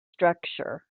structure